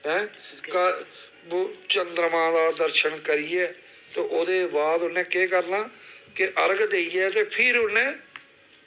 ऐं क बो आं चंद्रमा दा दर्शन करियै ते ओह्दे बाद उ'न्नै केह् करना कि अरग देइयै ते फिर उन्नै